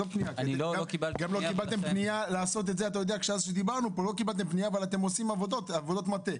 גם לא קיבלתם פנייה לעשות את זה אבל אתם עושים עבודות מטה.